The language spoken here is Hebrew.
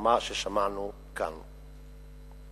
ולרמה ששמענו כאן.